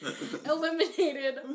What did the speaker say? eliminated